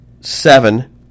seven